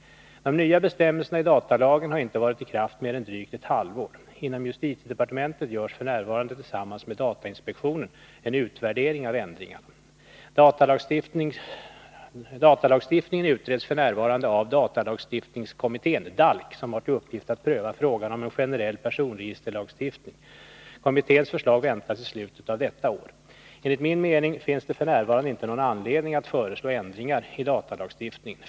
De nya bestämmelserna i datalagen har inte varit i kraft mer än drygt ett halvår. Inom justitiedepartementet görs f. n. tillsammans med datainspektionen en utvärdering av ändringarna. Datalagstiftningen utreds f. n. av datalagstiftningskommittén , som har till uppgift att pröva frågan om en generell personregisterlagstiftning. Kommitténs förslag väntas i slutet av detta år. Enligt min mening finns det f. n. inte någon anledning att föreslå ändringar i datalagstiftningen.